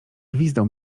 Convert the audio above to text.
gwizdał